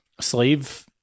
slave